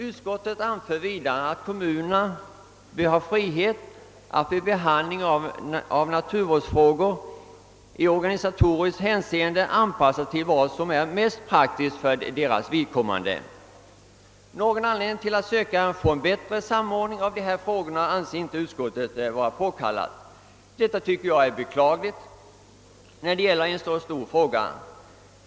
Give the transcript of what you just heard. Utskottet anför vidare att kommunerna bör ha frihet att vid behandling av naturvårdsfrågor i organisatoriskt hänseende anpassa sig till vad som är mest praktiskt för deras vidkommande. Någon anledning till att söka få en bättre samordning av dessa frågor anser inte utskottet vara påkallad. Detta tycker jag är beklagligt när det gäller en så stor fråga.